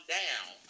down